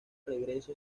regreso